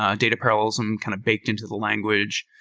ah data parallelism kind of baked into the language.